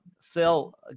sell